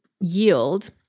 yield